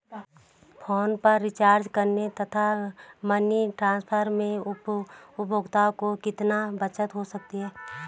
Phone पर recharge करने तथा मनी ट्रांसफर में उपभोक्ता को कितनी बचत हो सकती है?